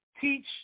teach